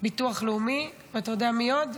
ביטוח לאומי ואתה יודע מי עוד?